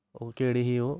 ओह् केह्ड़ी ही ओह्